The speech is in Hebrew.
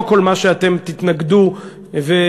לא כל מה שאתם תתנגדו לו,